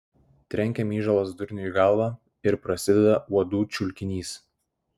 trenkia myžalas durniui į galvą ir prasideda uodų čiulkinys